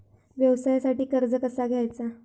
व्यवसायासाठी कर्ज कसा घ्यायचा?